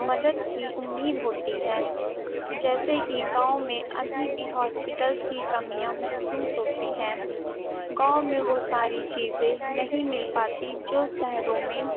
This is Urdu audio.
مدد کی اُمّید ہوتی ہے جیسے کہ گاؤں میں ابھی بھی ہاسپٹلس کی کمیاں محسوس ہوتی ہیں گاؤں میں وہ ساری چیزیں نہیں مل پاتی جو شہروں میں